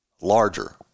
larger